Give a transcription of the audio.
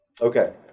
Okay